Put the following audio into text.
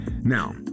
Now